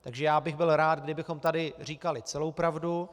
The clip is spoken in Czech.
Takže já bych byl rád, kdybychom tady říkali celou pravdu.